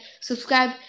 subscribe